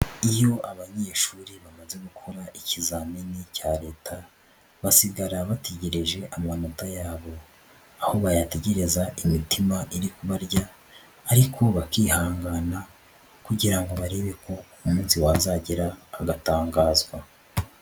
Iyo abanyeshuri bamaze gukora ikizamini cya Leta, basigara bategereje amanota yabo. Aho bayategereza imitima iri barya ariko bakihangana kugira ngo barebe ko umunsi wazagera agatangazwa.